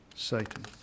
Satan